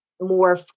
more